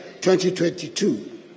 2022